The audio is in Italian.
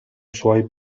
suoi